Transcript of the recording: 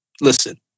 listen